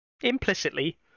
implicitly